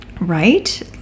Right